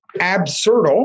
absurdal